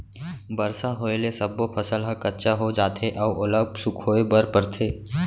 बरसा होए ले सब्बो फसल ह कच्चा हो जाथे अउ ओला सुखोए बर परथे